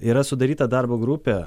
yra sudaryta darbo grupė